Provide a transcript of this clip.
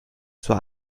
zur